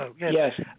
Yes